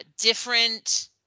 different